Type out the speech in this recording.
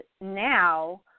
now